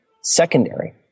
secondary